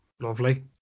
Lovely